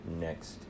next